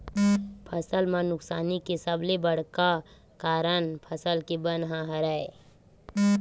फसल म नुकसानी के सबले बड़का कारन फसल के बन ह हरय